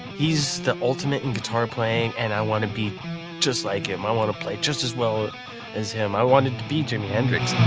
he's the ultimate in guitar playing and i want to be just like him, i want to play just as well as him. i wanted to be jimi hendrix.